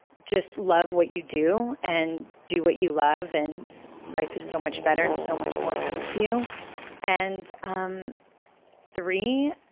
just love what you do and do what you love, and life is so much better and so much more comes to you and um three,